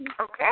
Okay